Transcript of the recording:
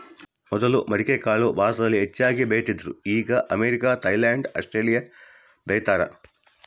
ಮೊದಲು ಮಡಿಕೆಕಾಳು ಭಾರತದಲ್ಲಿ ಹೆಚ್ಚಾಗಿ ಬೆಳೀತಿದ್ರು ಈಗ ಅಮೇರಿಕ, ಥೈಲ್ಯಾಂಡ್ ಆಸ್ಟ್ರೇಲಿಯಾ ಬೆಳೀತಾರ